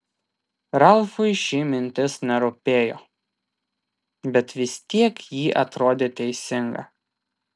ralfui ši mintis nerūpėjo bet vis tiek ji atrodė teisinga